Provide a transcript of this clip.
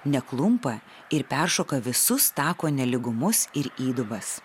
neklumpa ir peršoka visus tako nelygumus ir įdubas